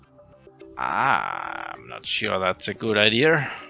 i'm not sure that's a good idea.